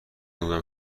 گویم